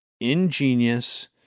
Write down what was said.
Ingenious